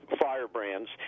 firebrands